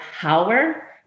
power